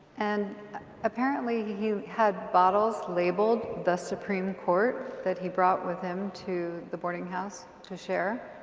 and apparently he had bottles labeled the supreme court that he brought with him to the boarding house to share?